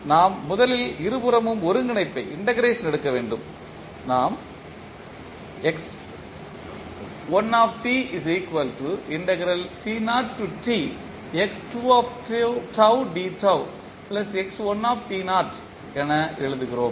நாம் முதலில் இருபுறமும் ஒருங்கிணைப்பை எடுக்க வேண்டும் நாம் என எழுதுகிறோம்